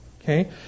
Okay